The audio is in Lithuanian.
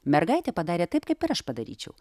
mergaitė padarė taip kaip ir aš padaryčiau